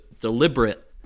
deliberate